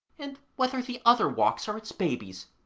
and whether the other walks are its babies,